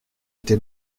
été